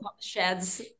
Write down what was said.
sheds